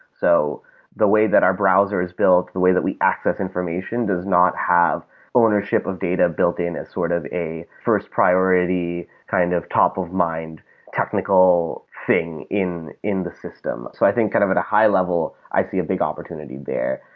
so the way that our browser is built, the way that we access information does not have ownership of data built in as sort of a first priority kind of top of mind technical thing in in the system. i think kind of at a high level, i see a big opportunity there.